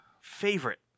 Favorite